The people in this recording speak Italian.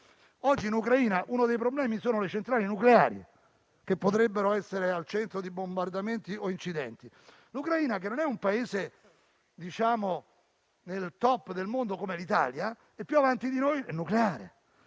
Oggi in Ucraina uno dei problemi riguarda le centrali nucleari, che potrebbero essere al centro di bombardamenti o incidenti. L'Ucraina, che non è un Paese al *top* del mondo come l'Italia, sul nucleare